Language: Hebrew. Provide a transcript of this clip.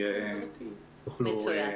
מצוין.